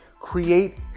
create